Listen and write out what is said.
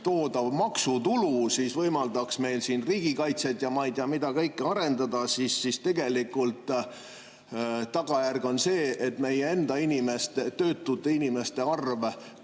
toodav maksutulu võimaldaks meil siin riigikaitset ja ma ei tea, mida kõike arendada, siis tegelikult on tagajärg see, et meie enda töötute inimeste arv